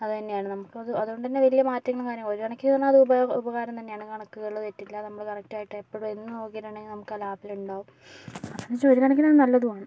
അതുതന്നെയാണ് നമുക്ക് അതുകൊണ്ട് തന്നെ വലിയ മാറ്റങ്ങളും കാര്യങ്ങളും ഒരു കണക്കിന് പറഞ്ഞാൽ അത് ഉപകാരം തന്നെയാണ് കണക്കുകൾ തെറ്റില്ല നമ്മൾ കറക്റ്റ് ആയിട്ട് എപ്പോൾ എന്ന് നോക്കിയിട്ടുണ്ടെങ്കിലും നമുക്ക് ആ ലാപ്പിൽ ഉണ്ടാകും എന്നു വെച്ചാൽ ഒരു കണക്കിന് അത് നല്ലതുമാണ്